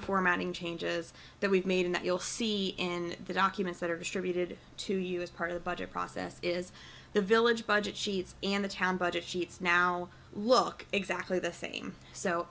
formatting changes that we've made that you'll see in the documents that are distributed to you as part of the budget process is the village budget sheets and the town budget sheets now look exactly the same so